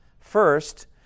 First